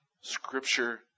Scripture